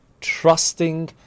trusting